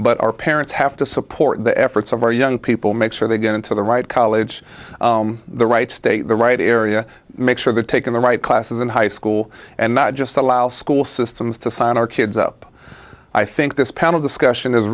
but our parents have to support the efforts of our young people make sure they get into the right college the right stay the right area make sure the taking the right classes in high school and not just allow school systems to sign our kids up i think this panel discussion is